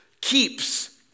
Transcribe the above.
Keeps